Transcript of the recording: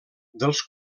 dels